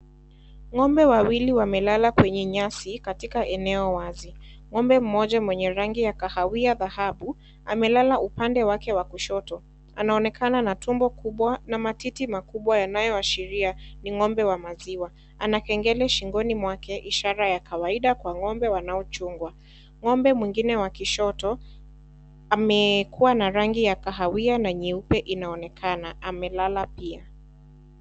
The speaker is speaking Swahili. Ngombe wawili wamelala kwenye nyasi katika eneo wazi. Ngombe mmoja mwenye rangi ya kahawia thahabu, amelala upande wake wa kushoto. Anaonekana na tumbo kubwa na matiti makubwa yanayoshiria ni ngombe wa maziwa. Anakengere shingoni mwake ishara ya kawaida kwa ngombe wanaochungwa. Ngombe mwingine wakishoto amekua na rangi ya kahawia na nyeupe inaonekana, amelala pia.